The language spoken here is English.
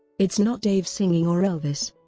it's not dave singing or elvis.